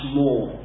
more